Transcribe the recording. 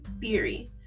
theory